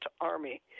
army